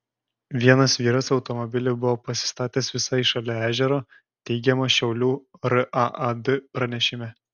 vienas vyras automobilį buvo pasistatęs visai šalia ežero teigiama šiaulių raad pranešime